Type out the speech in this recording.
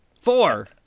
Four